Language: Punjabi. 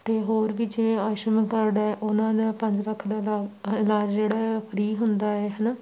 ਅਤੇ ਹੋਰ ਵੀ ਜੇ ਆਯੂਸ਼ਮਾਨ ਕਾਰਡ ਹੈ ਉਹਨਾਂ ਦਾ ਪੰਜ ਲੱਖ ਦਾ ਇਲਾ ਇਲਾਜ ਜਿਹੜਾ ਆ ਫ੍ਰੀ ਹੁੰਦਾ ਹੈ ਹੈ ਨਾ